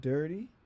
Dirty